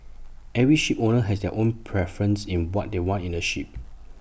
every shipowner has their own preference in what they want in A ship